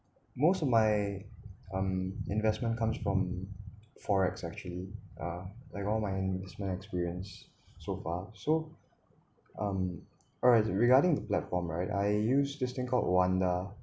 most of my um investment comes from forex actually uh like all mine is my experience so far so um alright regarding the platform right I use this thing called oanda